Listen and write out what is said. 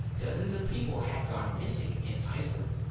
dozens of people had gone missing in iceland,